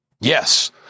Yes